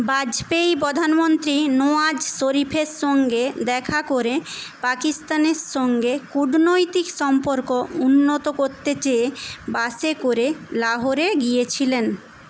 বাজপেয়ী প্রধানমন্ত্রী নওয়াজ শরিফের সঙ্গে দেখা করে পাকিস্তানের সঙ্গে কূটনৈতিক সম্পর্ক উন্নত করতে চেয়ে বাসে করে লাহোরে গিয়েছিলেন